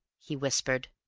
he whispered.